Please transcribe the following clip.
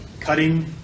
cutting